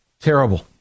terrible